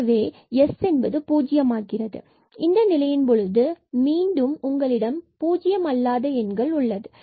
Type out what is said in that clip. எனவே s என்பது பூஜ்ஜியம் ஆகிறது மற்றும் இந்த நிலையின் பொழுது மீண்டும் உங்களிடம் சில பூஜ்ஜியம் அல்லாத எண்கள் உள்ளது